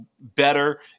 better